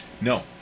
No